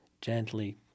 gently